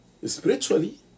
Spiritually